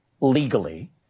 legally-